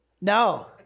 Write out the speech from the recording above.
No